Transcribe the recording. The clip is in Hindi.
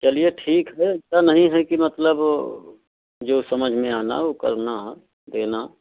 चलिए ठीक है इतना नहीं है कि मतलब जो समझ में आना वह करना है देना